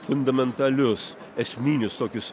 fundamentalius esminius tokius